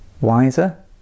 wiser